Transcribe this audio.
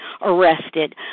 arrested